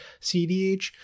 CDH